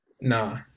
Nah